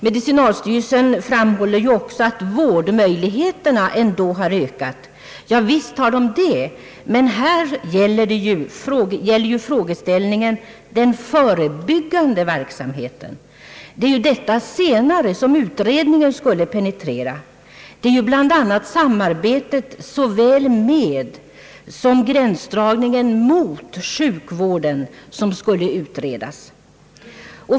Medicinalstyrelsen framhåller ju också, att vårdmöjligheterna ändå har ökat. Ja visst, men här gäller frågeställningen den förebyggande verksamheten. Det är ju denna senare som utredningen skulle penetrera. Det är bl.a. samarbetet med såväl som gränsdragningen mot sjukvården som skulle utredas.